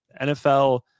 NFL